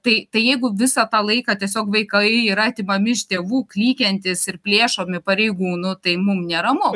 tai tai jeigu visą tą laiką tiesiog vaikai yra atimami iš tėvų klykiantys ir plėšomi pareigūnų tai mum neramu